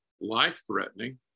life-threatening